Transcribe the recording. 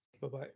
Bye-bye